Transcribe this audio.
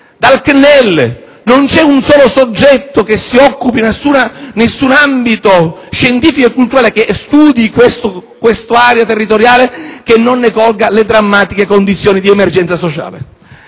del CNEL. Non c'è un solo soggetto, in nessun ambito scientifico e culturale, che studi questa area territoriale che non colga le drammatiche condizioni di emergenza sociale.